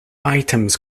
items